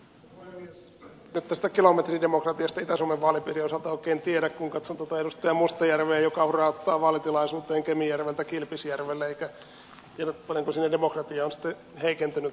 en nyt tästä kilometridemokratiasta itä suomen vaalipiirin osalta oikein tiedä kun katson tuota edustaja mustajärveä joka hurauttaa vaalitilaisuuteen kemijärveltä kilpisjärvelle enkä tiedä paljonko siinä demokratia on sitten heikentynyt